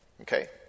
okay